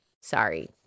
Sorry